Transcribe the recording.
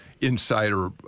Insider